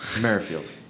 Merrifield